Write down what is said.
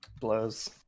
blows